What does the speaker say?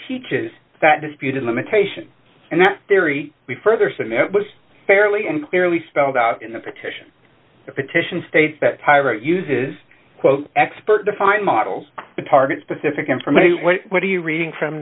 teaches that disputed limitation and that theory we further said that was fairly and clearly spelled out in the petition petition states that tyra uses quote experts to find models to target specific information what are you reading from